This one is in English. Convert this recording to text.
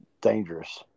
dangerous